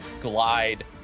glide